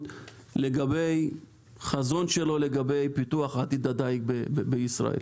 לגבי החזון שלו לפיתוח עתיד הדיג בישראל.